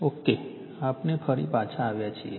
okay આપણે ફરી પાછા આવ્યા છીએ